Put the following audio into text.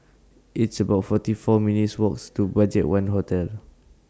It's about forty four minutes' Walks to BudgetOne Hotel